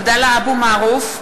(קוראת בשמות חברי הכנסת) עבדאללה אבו מערוף,